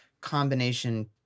combination